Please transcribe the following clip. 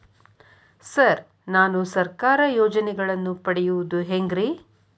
Sir ನಾನು ಸರ್ಕಾರ ಯೋಜೆನೆಗಳನ್ನು ಪಡೆಯುವುದು ಹೆಂಗ್ರಿ?